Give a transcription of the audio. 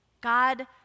God